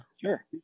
Sure